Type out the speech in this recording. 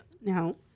now